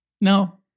No